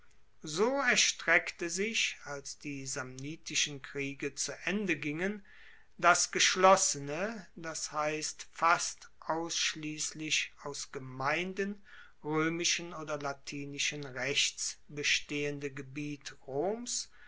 so erstreckte sich als die samnitischen kriege zu ende gingen das geschlossene das heisst fast ausschliesslich aus gemeinden roemischen oder latinischen rechts bestehende gebiet roms